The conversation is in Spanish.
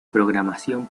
programación